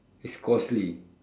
is costly